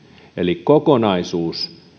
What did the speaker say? eli kokonaisuus